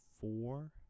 four